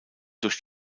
durch